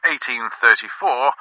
1834